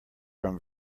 from